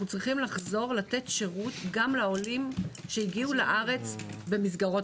אנחנו צריכים לחזור לתת שירות גם לעולים שהגיעו לארץ במסגרות